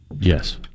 Yes